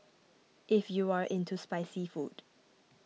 if you are into spicy food